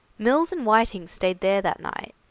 mills and whiting stayed there that night,